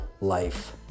life